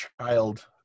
child